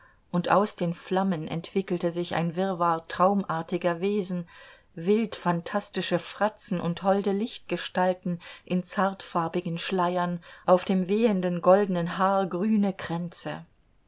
und aus den flammen entwickelte sich ein wirrwar traumartiger wesen wild phantastische fratzen und holde lichtgestalten in zartfarbigen schleiern auf dem wehenden goldenen haar grüne kränze